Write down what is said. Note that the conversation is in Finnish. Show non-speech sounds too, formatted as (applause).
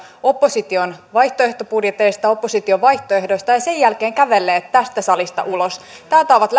opposition vaihtoehtobudjeteista opposition vaihtoehdoista ja sen jälkeen kävelleet tästä salista ulos täältä ovat (unintelligible)